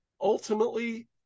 ultimately